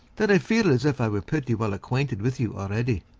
that i feel as if i were pretty well acquainted with you already.